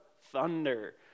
Thunder